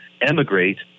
emigrate